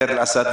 בדיר אל-אסד.